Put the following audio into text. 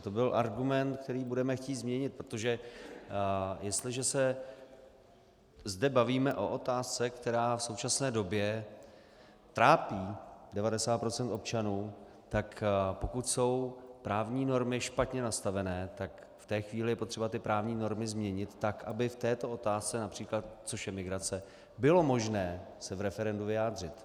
To byl argument, který budeme chtít změnit, protože jestliže se zde bavíme o otázce, která v současné době trápí 90 % občanů, tak pokud jsou právní normy špatně nastavené, tak v té chvíli je potřeba ty právní normy změnit tak, aby v této otázce například, což je migrace, bylo možné se v referendu vyjádřit.